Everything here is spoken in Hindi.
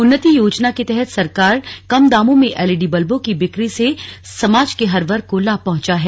उन्नति योजना के तहत सरकार ने कम दामों में एलईडी बल्बों की बिक्री से समाज के हर वर्ग को लाभ पहुंचा है